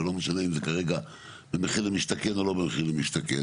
ולא משנה אם זה כרגע במחיר למשתכן או לא במחיר למשתכן.